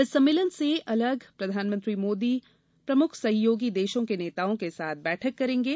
इस सम्मेलन से अलग प्रधानमंत्री मोदी प्रमुख सहयोगी देशों के नेताओं के साथ बैठक करेंगे